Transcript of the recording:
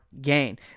gain